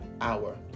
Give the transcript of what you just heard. Hour